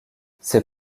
ses